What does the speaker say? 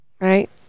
Right